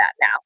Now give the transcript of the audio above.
now